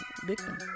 victim